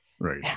Right